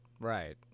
Right